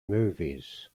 movies